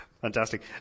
Fantastic